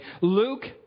Luke